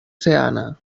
seana